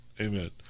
Amen